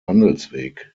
handelsweg